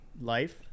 life